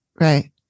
right